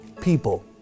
People